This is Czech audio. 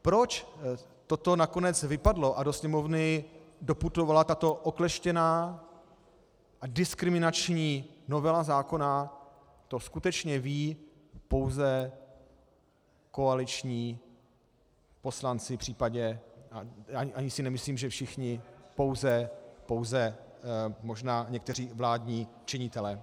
Proč toto nakonec vypadlo a do Sněmovny doputovala tato okleštěná a diskriminační novela zákona, to skutečně vědí pouze koaliční poslanci, případně ani si nemyslím, že všichni, pouze možná někteří vládní činitelé.